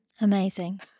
Amazing